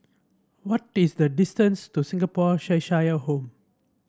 what is the distance to Singapore Cheshire Home